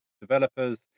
developers